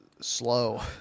slow